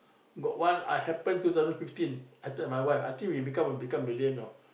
got one I happen two thousand fifteen I tell my wife I think we become become million know